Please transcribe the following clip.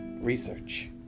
Research